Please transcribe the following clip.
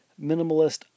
minimalist